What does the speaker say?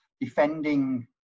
defending